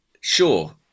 sure